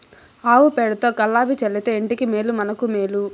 ఆవు పేడతో కళ్లాపి చల్లితే ఇంటికి మేలు మనకు మేలు